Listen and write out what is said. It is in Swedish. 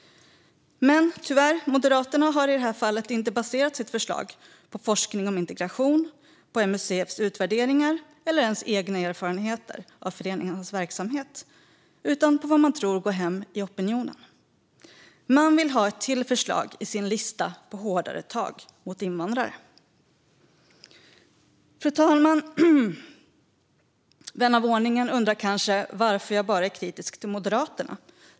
Moderaterna har i det här fallet tyvärr inte baserat sitt förslag på forskning om integration, MUCF:s utvärderingar eller ens egna erfarenheter av föreningarnas verksamhet utan på vad de tror går hem i opinionen. De ville ha ytterligare ett förslag på sin lista över hårdare tag mot invandrare. Fru talman! Vän av ordning undrar kanske varför jag bara är kritisk mot Moderaterna.